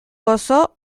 gozo